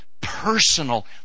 Personal